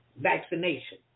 vaccination